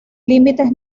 límites